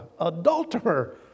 adulterer